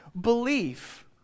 belief